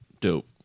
Dope